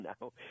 now